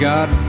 God